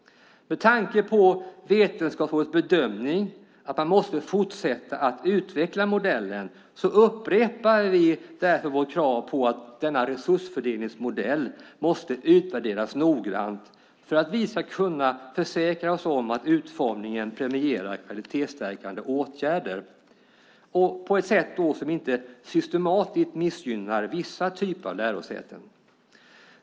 Med tanke på Vetenskapsrådets bedömning att man måste fortsätta att utveckla modellen upprepar vi vårt krav på att denna resursfördelningsmodell måste utvärderas noggrant för att vi ska kunna försäkra oss om att utformningen premierar kvalitetsstärkande åtgärder på ett sätt som inte systematiskt missgynnar vissa typer av lärosäten.